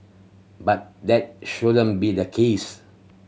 but that shouldn't be the case